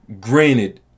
Granted